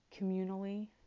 communally